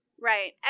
Right